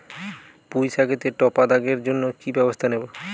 পুই শাকেতে টপা দাগের জন্য কি ব্যবস্থা নেব?